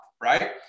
right